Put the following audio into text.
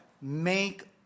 Make